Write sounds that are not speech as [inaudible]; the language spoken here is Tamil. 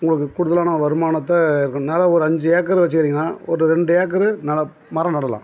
உங்களுக்கு கூடுதலான வருமானத்தை [unintelligible] நேரம் ஒரு அஞ்சு ஏக்கர் வச்சிக்கிறீங்கன்னா ஒரு ரெண்டு ஏக்கரு நிலம் மரம் நடலாம்